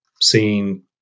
seeing